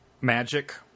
magic